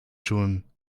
schon